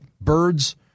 birds